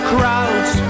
crowds